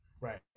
Right